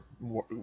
more